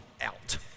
out